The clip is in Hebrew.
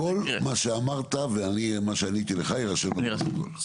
כל מה שאמרת ומה שעניתי לך יירשם בפרוטוקול.